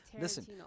Listen